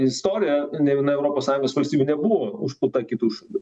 istoriją nė viena europos sąjungos valstybė nebuvo užpulta kitų šalių